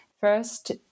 First